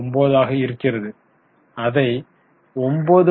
09 ஆக இருக்கிறது அதை 9